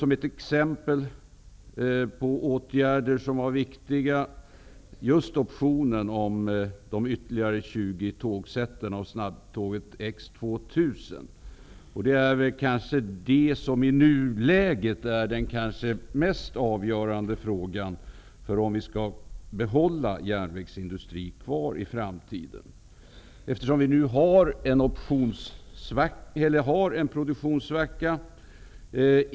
Som exempel på åtgärder som är viktiga tog jag upp just optionen angående de ytterligare 20 tågsätten och snabbtåget X 2000, vilket i nuläget kanske är det mest avgörande för om vi skall ha kvar järnvägsindustrin i framtiden. Just nu är det en produktionssvacka.